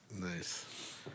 Nice